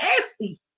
nasty